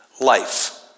life